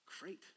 Great